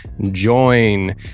join